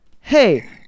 hey